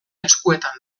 eskuetan